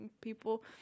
people